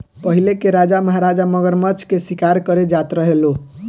पहिले के राजा महाराजा मगरमच्छ के शिकार करे जात रहे लो